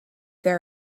there